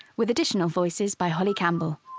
with additional voices by holly campbell.